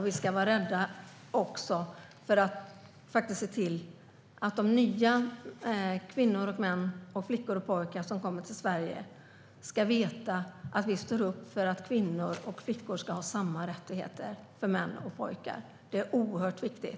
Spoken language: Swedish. Vi ska också se till att de kvinnor och män, flickor och pojkar som kommer till Sverige ska veta att vi står upp för att kvinnor och flickor ska ha samma rättigheter som män och pojkar. Det är oerhört viktigt.